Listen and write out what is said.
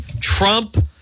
Trump